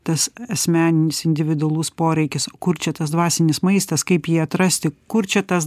tas asmeninis individualus poreikis kur čia tas dvasinis maistas kaip jį atrasti kur čia tas